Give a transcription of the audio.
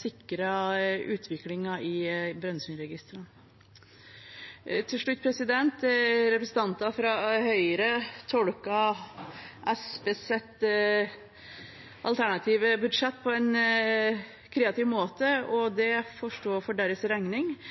sikrer utviklingen i Brønnøysundregistrene. Til slutt: Representanter fra Høyre tolker Senterpartiets alternative budsjett på en kreativ måte, og det